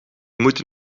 moeten